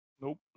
Nope